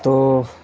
تو